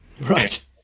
right